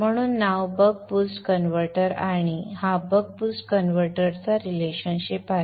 म्हणून नाव buck boost converter आणि हा बक बूस्ट कन्व्हर्टरचा संबंध आहे